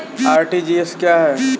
RTGS क्या है?